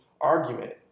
argument